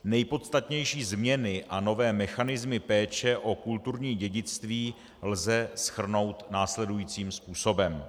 Nejpodstatnější změny a nové mechanismy péče o kulturní dědictví lze shrnout následujícím způsobem.